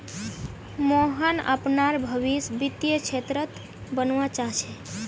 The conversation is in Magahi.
मोहन अपनार भवीस वित्तीय क्षेत्रत बनवा चाह छ